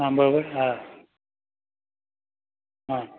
બરાબર હા હા